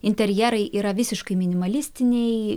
interjerai yra visiškai minimalistiniai